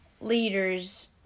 leaders